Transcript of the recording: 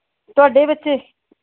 ਤੁਹਾਡੇ ਬੱਚੇ